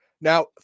Now